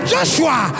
Joshua